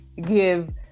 give